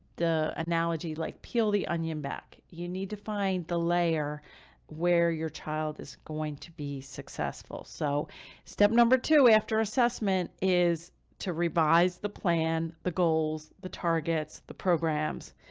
the analogy like peel the onion back. you need to find the layer where your child is going to be successful. so step number two, after assessment is to revise the plan. the goals, the targets, the programs.